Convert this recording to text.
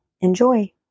Enjoy